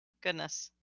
Goodness